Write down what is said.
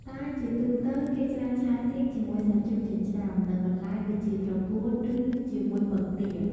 តែជាទូទៅ គេច្រើនឆាសៀងជាមួយសាច់ជ្រូកចិញ្ច្រាំ និងបន្លែដូចជា ត្រកួន ឬជាមួយពងទា។